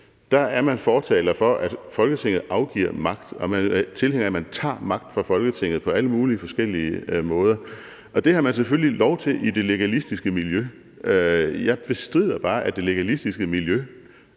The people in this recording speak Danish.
er man fortaler for, at Folketinget afgiver magt, og man er tilhænger af, at man tager magt fra Folketinget på alle mulige forskellige måder. Og det har man selvfølgelig lov til i det legalistiske miljø. Jeg bestrider bare, at det legalistiske miljø